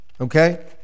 okay